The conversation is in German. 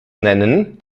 nennen